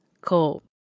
Cool